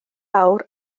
awr